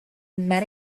met